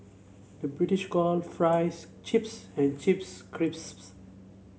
the British call fries chips and chips crisps